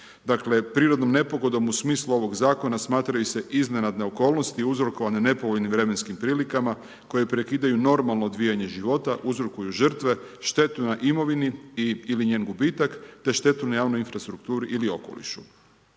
prirodnom nepogodom, u smislu ovog zakona, smatraju se iznenadne okolnosti, uzrokovane nepovoljnim vremenskim prilikama, koji prekidaju normalno odvijanje života, uzrokuju žrtve, štetu na imovini ili njen gubitak, te štetu na javnu infrastrukturi ili okolišu.